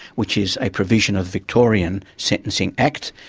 which is a provision of victorian sentencing acts.